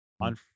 on